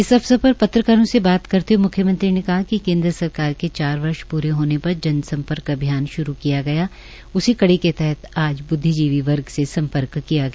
इस अवसर पर पत्रकारों से बात करते हए मुख्यमंत्री ने कहा कि केन्द्र सरकार के चार वर्ष प्रे होने पर जन सम्पर्क अभियान श्रू किया गया उसी कड़ी के तहत आज ब्द्विजीवी वर्ग से स्म्पर्क किया गया